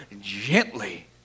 gently